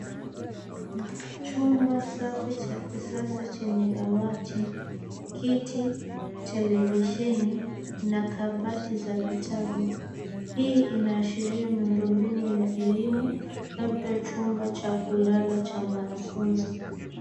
Chumba safi cha kisasa chenye dawati, kiti, televisheni, na kabati za vitabu. Hii inaashiria miundombinu ya elimu, labda chumba cha kulala cha wanafunzi.